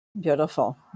Beautiful